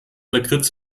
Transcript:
lakritz